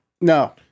No